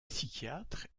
psychiatre